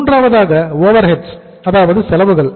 மூன்றாவதாக ஓவர்ஹெட்ஸ் செலவுகள்